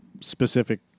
specific